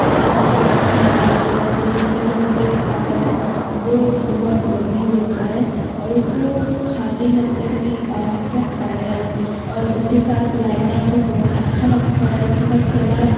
प्याज़ का उस मसाले का चिकन का जो टेस्ट आता है वो बहुत लज़ीज़ होता है और उसको खाते ही लगता कि आह क्या खाया है और उसके साथ रायता भी बहुत अच्छा लगता है उसके साथ सालद